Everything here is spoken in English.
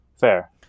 Fair